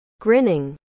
Grinning